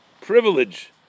privilege